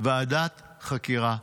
"ועדת חקירה ממלכתית".